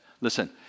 Listen